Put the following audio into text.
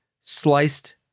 sliced